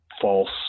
false